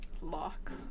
Lock